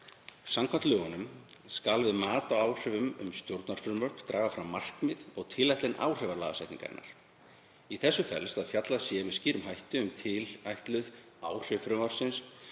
Samkvæmt lögunum skal við mat á áhrifum stjórnarfrumvarpa draga fram markmið og tilætluð áhrif lagasetningar. Í þessu felst að fjallað sé með skýrum hætti um tilætluð áhrif frumvarpsins